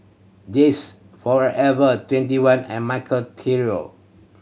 This Forever Twenty One and Michael Trio